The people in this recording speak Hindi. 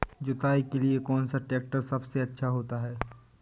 जुताई के लिए कौन सा ट्रैक्टर सबसे अच्छा होता है?